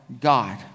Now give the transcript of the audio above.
God